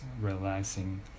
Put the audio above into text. relaxing